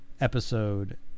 episode